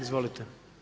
Izvolite.